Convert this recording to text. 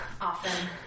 often